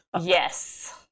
Yes